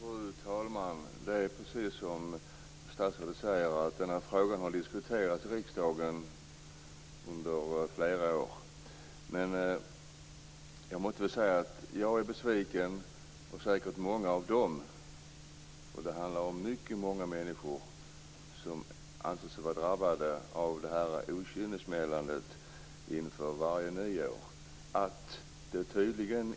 Fru talman! Det är precis som statsrådet säger, nämligen att frågan har diskuterats i riksdagen under flera år. Jag är besviken, och säkert är många av dem som är drabbade av detta okynnessmällande inför varje nyår också besvikna.